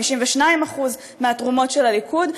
52% מהתרומות של הליכוד.